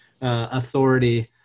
authority